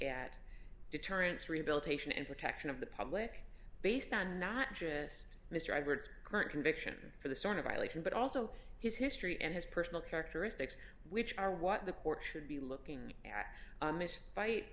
at deterrence rehabilitation and protection of the public based on not just mr edwards current conviction for the sort of violation but also his history and his personal characteristics which are what the court should be looking at this fight